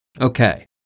Okay